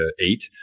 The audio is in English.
eight